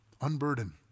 Unburden